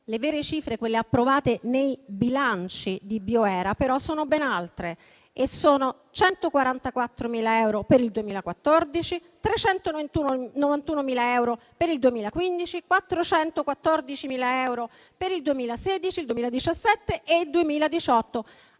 Le vere cifre - quelle approvate nei bilanci di Bioera - però sono ben altre e sono 144.000 euro per il 2014, 391.000 euro per il 2015, 414.000 euro per il 2016, per il 2017 e per il 2018,